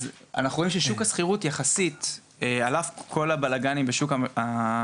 אנחנו רואים ששוק השכר דירה באופן יחסי ועל אף כל הבלגנים בשוק הבעלות,